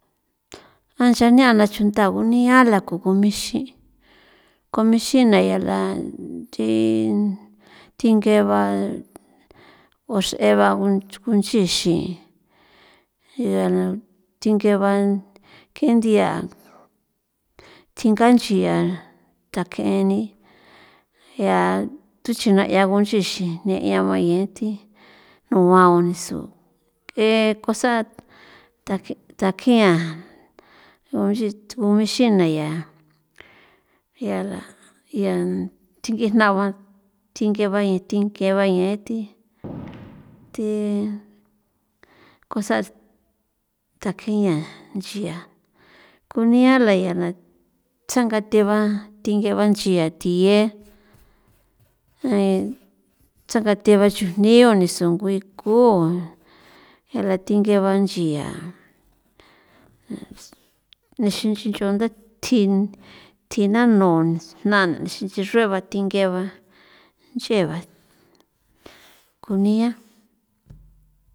A chaniana chuntaa gunia la la k ixin k ixina ya la thi thi thingeba ux'eba unchixin ya la thingeban ke nthia thinga nchian tak'eni 'ia tuchina 'ian ngunchi xi ne'ia baye thi nuguan gunisu nk'e cosa' takje takjean unch g ixina yaa yala ya thingi jna' ba thingeba yan thi thingeba yethi thi cosas takjeña nchia kunia la ya la tsangathe ba thin ye ba nchia thiye tsangathe ba chujni o ni songui ku a la thingeba nchia nixin nchi ncho nda thji thji nano na xran nch'i xrueba thingeba nch'eba kunia.